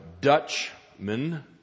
Dutchman